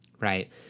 Right